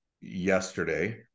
yesterday